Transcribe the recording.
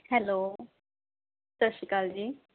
hello ਸਤਿ ਸ਼੍ਰੀ ਅਕਾਲ ਜੀ